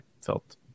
felt